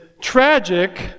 tragic